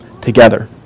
together